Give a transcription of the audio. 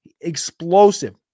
explosive